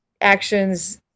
actions